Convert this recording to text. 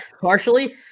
partially